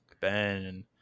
Ben